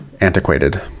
antiquated